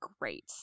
great